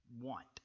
want